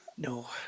No